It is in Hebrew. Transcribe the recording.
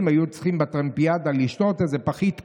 היו צריכים לשתות בטרמפיאדה איזה פחית קולה,